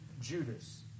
Judas